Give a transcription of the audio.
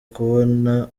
kubona